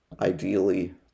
ideally